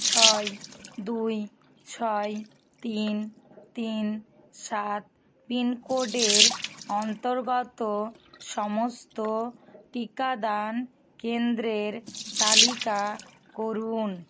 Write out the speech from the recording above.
ছয় দুই ছয় তিন তিন সাত পিনকোডের অন্তর্গত সমস্ত টিকাদান কেন্দ্রের তালিকা করুন